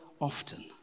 Often